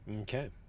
okay